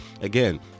Again